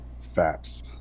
facts